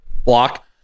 block